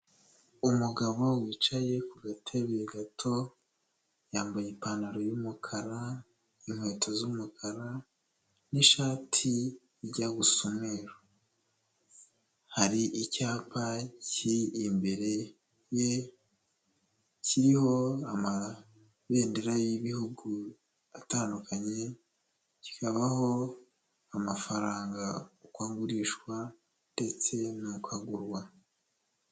Umugabo wicaye ku gatebe gato, yambaye ipantaro y'umukara, inkweto z'umukara, n'ishati ijya gusa umweri hari icyapa kiri imbere ye kiriho amabendera y'ibihugu atandukanye, kikabaho amafaranga uko agurishwa ndetse n'uko agurwa.